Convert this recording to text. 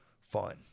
fun